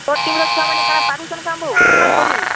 ତୋର୍ ଟିମ୍ ର ଛୁଆ ମାନେ କାଣ ପାରୁଛନ୍ କାଁ ବୋ କାମ୍ କରି